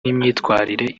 n’imyitwarire